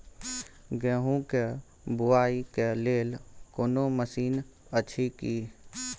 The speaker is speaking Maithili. गेहूँ के बुआई के लेल कोनो मसीन अछि की?